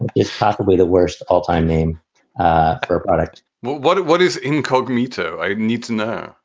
is possibly the worst all time name for a product what what what is incognito? i need to know,